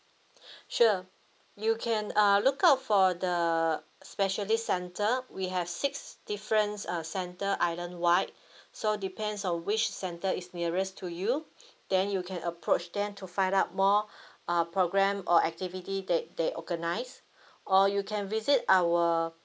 sure you can uh look out for the specialist centre we have six different uh centre island wide so depends on which centre is nearest to you then you can approach them to find out more uh programme or activity that they organize or you can visit our